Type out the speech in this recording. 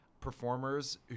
performers